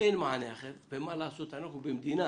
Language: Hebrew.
ואין מענה אחר, ומה לעשות, אנחנו במדינה